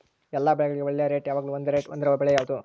ಎಲ್ಲ ಬೆಳೆಗಳಿಗೆ ಒಳ್ಳೆ ರೇಟ್ ಯಾವಾಗ್ಲೂ ಒಂದೇ ರೇಟ್ ಹೊಂದಿರುವ ಬೆಳೆ ಯಾವುದು?